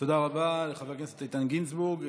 תודה רבה לחבר הכנסת איתן גינזבורג.